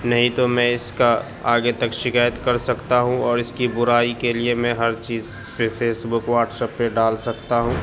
نہیں تو میں اس کا آگے تک شکایت کر سکتا ہوں اور اس کی برائی کے لیے میں ہر چیز فیس بک واٹس ایپ پے ڈال سکتا ہوں